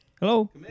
Hello